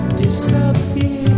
disappear